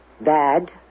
bad